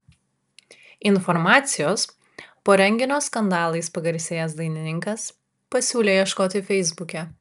informacijos po renginio skandalais pagarsėjęs dainininkas pasiūlė ieškoti feisbuke